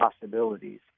possibilities